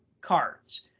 cards